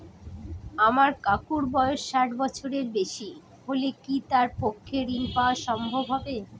আমার কাকুর বয়স ষাট বছরের বেশি হলে কি তার পক্ষে ঋণ পাওয়া সম্ভব হবে?